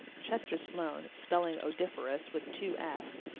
chester sloane, spelling odoriferous with two f's,